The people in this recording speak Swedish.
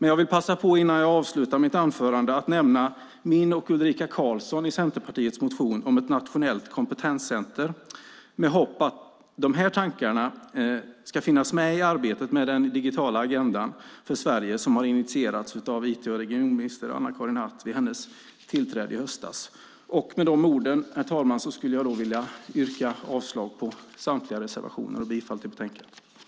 Jag vill passa på, innan jag avslutar mitt anförande, att nämna min och Ulrika Carlsson i Centerpartiets motion om ett nationellt kompetenscenter med hopp om att de här tankarna ska finnas med i arbetet med den digitala agenda för Sverige som har initierats av IT och regionminister Anna-Karin Hatt vid hennes tillträde i höstas. Med de orden, herr talman, skulle jag vilja yrka avslag på samtliga reservationer och bifall till utskottets förslag.